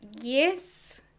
yes